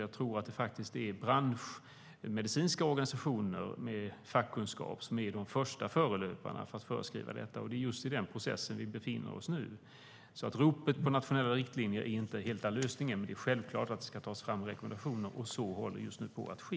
Jag tror att det är branschmedicinska organisationer med fackkunskap som är de första förelöparna att föreskriva riktlinjer. Det är i den processen vi befinner oss nu. Ropet på nationella riktlinjer är inte hela lösningen, men det är självklart att rekommendationer ska tas fram - och så håller på att ske.